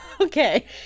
Okay